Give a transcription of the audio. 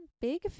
Big